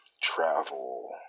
travel